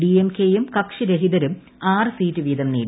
ഡിഎംക്കെ യും കക്ഷിരഹിതരും ആറ് സീറ്റ് വീതം നേടി